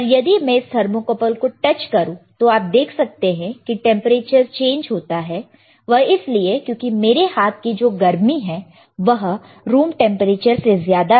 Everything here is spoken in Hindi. यदि मैं इस थर्मोकपल को टच करूं तो आप देख सकते हैं कि टेंपरेचर चेंज होता है वह इसलिए क्योंकि मेरे हाथ की जो गर्मी है वह रूम टेंपरेचर से ज्यादा है